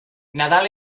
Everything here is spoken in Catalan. nadal